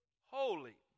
holy